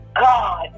God